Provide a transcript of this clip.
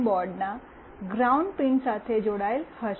બોર્ડના ground pin સાથે જોડાયેલ હશે